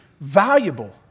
valuable